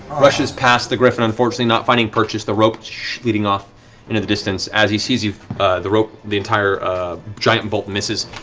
rushes past the griffon, unfortunately not finding purchase, the rope leading off into the distance. as he sees the rope, the entire giant bolt misses,